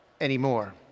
anymore